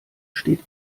steht